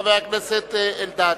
חבר הכנסת אלדד.